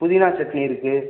புதினா சட்னி இருக்குது